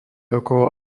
okolo